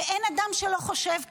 אין אדם שלא חושב כך,